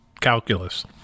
calculus